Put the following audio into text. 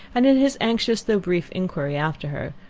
and in his anxious though brief inquiry after her,